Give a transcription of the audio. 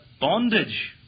Bondage